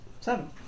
seven